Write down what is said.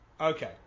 Okay